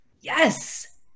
Yes